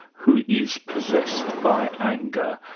who is possessed by anger,